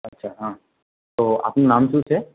અચ્છા હા તો આપનું નામ શું છે